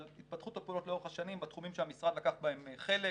אבל התפתחות הפעולות לאורך השנים בתחומים שהמשרד לקח בהן חלק,